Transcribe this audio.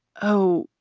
oh,